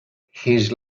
his